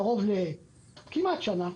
קרוב לכמעט שנה: